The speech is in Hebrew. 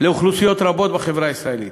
רבות בחברה הישראלית.